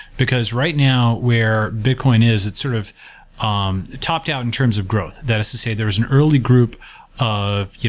because right now where bitcoin is, it's sort of um top-down in terms of growth. that is to say, there is an early group of,